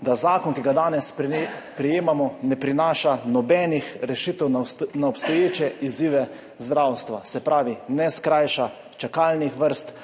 da zakon, ki ga danes sprejemamo, ne prinaša nobenih rešitev za obstoječe izzive zdravstva. Se pravi, ne skrajša čakalnih vrst,